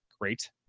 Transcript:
great